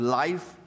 life